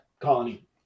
colony